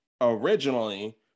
originally